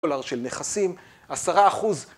דולר של נכסים, 10 אחוז.